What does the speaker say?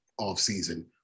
offseason